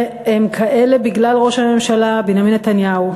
הם כאלה בגלל ראש הממשלה בנימין נתניהו,